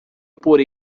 por